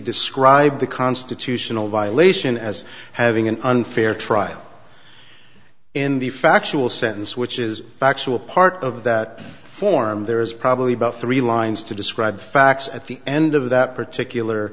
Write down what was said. described the constitutional violation as having an unfair trial in the factual sentence which is factual part of that form there is probably about three lines to describe facts at the end of that particular